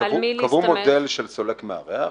קבעו מודל של סולק מארח.